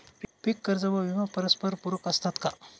पीक कर्ज व विमा परस्परपूरक असतात का?